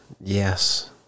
yes